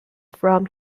from